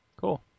Cool